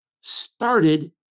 started